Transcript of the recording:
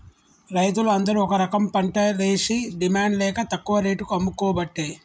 రైతులు అందరు ఒక రకంపంటలేషి డిమాండ్ లేక తక్కువ రేటుకు అమ్ముకోబట్టే